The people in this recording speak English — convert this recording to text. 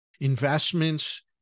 investments